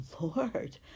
Lord